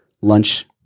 lunch